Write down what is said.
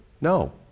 No